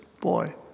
boy